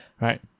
right